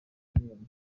anyuranye